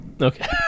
okay